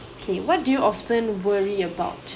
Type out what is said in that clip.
okay what do you often worry about